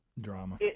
Drama